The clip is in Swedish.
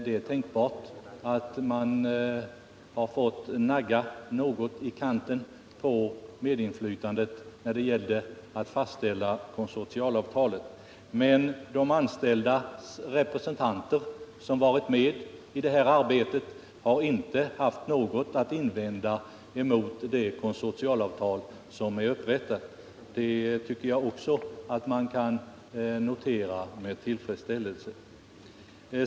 Det är tänkbart att medinflytandet måst naggas något i kanten vid fastställandet av konsortialavtalet. Men de anställdas representanter, som deltagit i det här arbetet, har inte haft något att invända mot det upprättade konsortialavtalet. Det tycker jag också att man kan notera med tillfredsställelse.